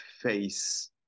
face